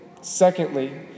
secondly